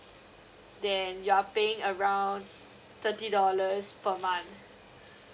then you are paying around thirty dollars per month